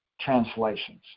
translations